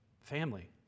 family